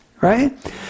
Right